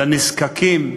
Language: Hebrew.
לנזקקים?